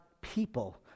people